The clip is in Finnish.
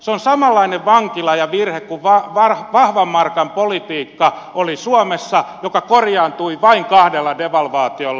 se on samanlainen vankila ja virhe kuin suomessa oli vahvan markan politiikka joka korjaantui vain kahdella devalvaatiolla